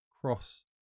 cross